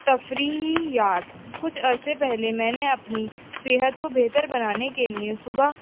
تفریحییات کچھ عرصے پہلے میں نے اپنی صحت کو بہتر بنانے کے لیے صبح